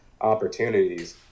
opportunities